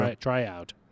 tryout